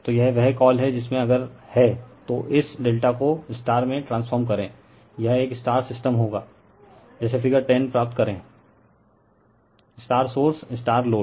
तो यह वह कॉल हैं जिसमे अगर हैं तो इस ∆ को मे ट्रांसफॉर्म करें यह एक सिस्टम होगी जैसे फिगर 10 प्राप्त करे सोर्स लोड